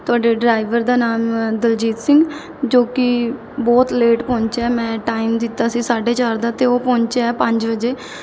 ਤੁਹਾਡੇ ਡਰਾਈਵਰ ਦਾ ਨਾਮ ਦਲਜੀਤ ਸਿੰਘ ਜੋ ਕਿ ਬਹੁਤ ਲੇਟ ਪਹੁੰਚਿਆ ਮੈਂ ਟਾਈਮ ਦਿੱਤਾ ਸੀ ਸਾਢੇ ਚਾਰ ਦਾ ਅਤੇ ਉਹ ਪਹੁੰਚਿਆ ਪੰਜ ਵਜੇ